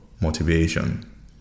motivation